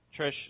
Trish